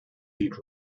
lead